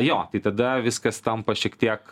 jo tai tada viskas tampa šiek tiek